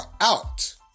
out